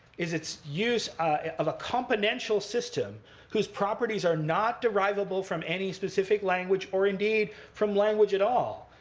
is its use of a componential system whose properties are not derivable from any specific language, or indeed from language at all,